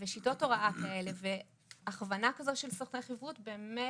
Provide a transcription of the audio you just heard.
ושיטות הוראה כאלה והכוונה כזו של סוכני חיברות באמת,